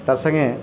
ତାର୍ସଙ୍ଗେ